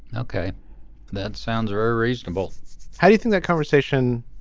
ok that sounds very reasonable how do you think that conversation.